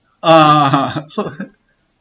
ah so